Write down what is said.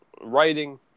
writing